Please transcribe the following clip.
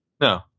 No